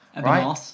right